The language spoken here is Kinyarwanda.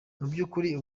mubyukuri